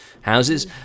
houses